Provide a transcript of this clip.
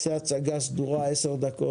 תעשה הצגה סדורה של 15-10 דקות,